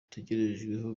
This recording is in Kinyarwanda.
mutegerejweho